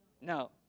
No